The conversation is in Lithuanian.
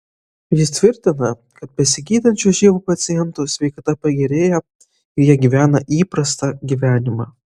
jis tvirtina kad besigydančių živ pacientų sveikata pagerėja ir jie gyvena įprastą gyvenimą